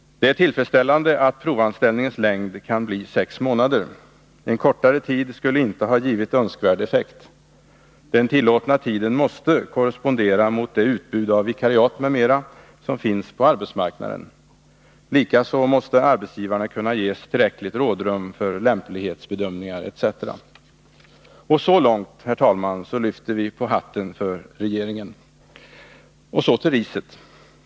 Det är tillfredsställande att provanställningens längd kan bli sex månader. En kortare tid skulle inte ha givit önskvärd effekt. Den tillåtna tiden måste korrespondera mot det utbud av vikariat m.m. som finns på arbetsmarkna den. Likaså måste arbetsgivarna kunna ges tillräckligt rådrum för lämplighetsbedömningar etc. Så långt lyfter vi på hatten för regeringen. Och så till riset.